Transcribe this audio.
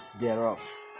thereof